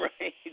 Right